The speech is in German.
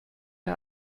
der